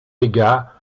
dégâts